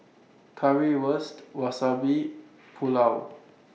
Currywurst Wasabi Pulao